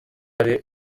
ari